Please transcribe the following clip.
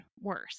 worse